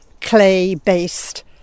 clay-based